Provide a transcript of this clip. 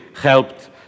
helped